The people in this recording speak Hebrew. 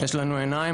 יש לנו עיניים.